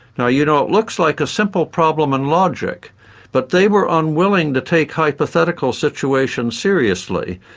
now you know it looks like a simple problem in logic but they were unwilling to take hypothetical situations seriously,